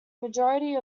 majority